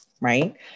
right